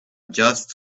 just